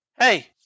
Hey